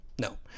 no